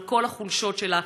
על כל החולשות שלה?